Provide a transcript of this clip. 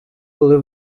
коли